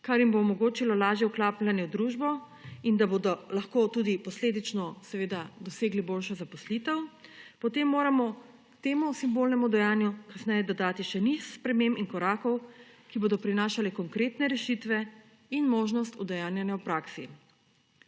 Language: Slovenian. kar jim bo omogočilo lažje vklapljanje v družbo, in da bodo lahko tudi posledično dosegli boljšo zaposlitev, potem moramo temu simbolnemu dejanju kasneje dodati še niz sprememb in korakov, ki bodo prinašale konkretne rešitve in možnost udejanjanja v praksi.